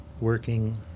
working